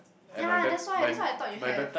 ya that's why that's why I thought you have